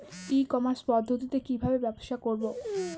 ই commerce পদ্ধতিতে কি ভাবে ব্যবসা করব?